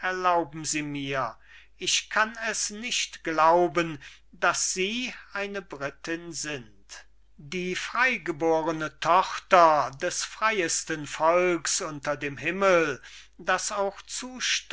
erlauben sie mir ich kann es nicht glauben daß sie eine brittin sind die freigeborne tochter des freiesten volks unter dem himmel das auch